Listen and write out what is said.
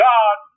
God